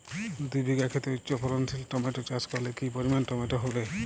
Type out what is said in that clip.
দুই বিঘা খেতে উচ্চফলনশীল টমেটো চাষ করলে কি পরিমাণ টমেটো হবে?